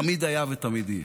תמיד היה ותמיד יהיה.